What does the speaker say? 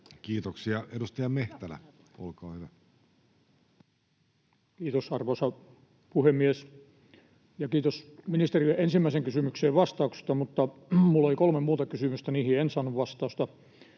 Time: 14:41 Content: Kiitos, arvoisa puhemies! Ja kiitos ministerille ensimmäisen kysymyksen vastauksesta, mutta minulla oli kolme muuta kysymystä, niihin en saanut vastausta.